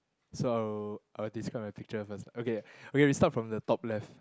so I'll I'll describe my picture first okay okay we start from the top left